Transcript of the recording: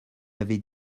avait